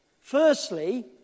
Firstly